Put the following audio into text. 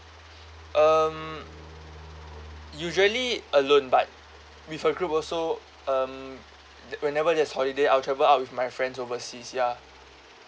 um usually alone but with a group also um whenever there's holiday I'll travel out with my friends overseas ya